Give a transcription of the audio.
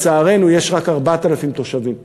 לצערנו יש רק 4,000 תושבים.